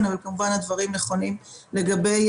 אני בטוחה שהדברים נדונו בוועדה הזו לא בפעם ראשונה,